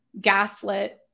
gaslit